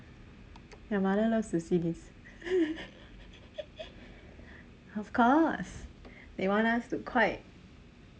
your mother loves to see this of course they want us to 快